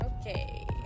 Okay